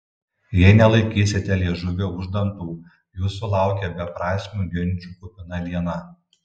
jei nelaikysite liežuvio už dantų jūsų laukia beprasmių ginčų kupina diena